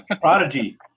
Prodigy